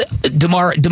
DeMar